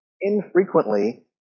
infrequently